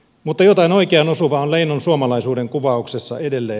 mutta jotain oikeaan osuvaa on leinon suomalaisuuden kuvauksessa edelleen